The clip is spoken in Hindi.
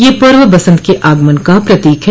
यह पर्व बसंत के आगमन का प्रतीक है